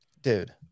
dude